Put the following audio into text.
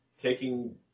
taking